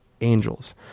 angels